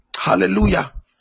Hallelujah